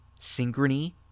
Synchrony